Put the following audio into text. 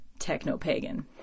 technopagan